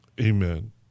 amen